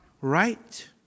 right